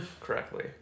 correctly